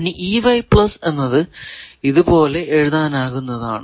ഇനി എന്നത് ഇതുപോലെ എഴുതാനാകുന്നതാണ്